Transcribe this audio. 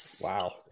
Wow